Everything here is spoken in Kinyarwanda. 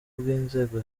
bw’inzego